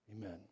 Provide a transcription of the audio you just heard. Amen